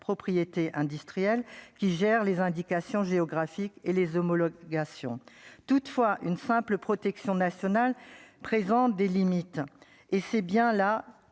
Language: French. propriété industrielle, qui gère les indications géographiques et les homologations toutefois une simple protection nationale présente des limites et c'est bien là